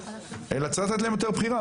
אלא לתת להם יותר בחירה,